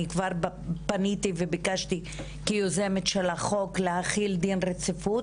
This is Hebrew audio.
אני כבר פניתי וביקשתי כיוזמת של החוק להחיל דין רציפות.